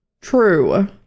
True